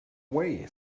way